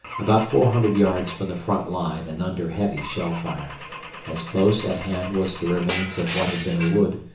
about four hundred yards from the front line and under heavy shell-fire, as close at hand was the remains of what had been a wood,